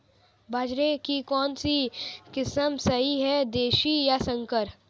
बाजरे की कौनसी किस्म सही हैं देशी या संकर?